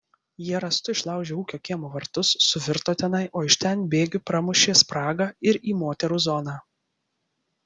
jie rąstu išlaužė ūkio kiemo vartus suvirto tenai o iš ten bėgiu pramušė spragą ir į moterų zoną